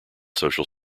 social